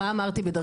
מה אמרתי בדרכי?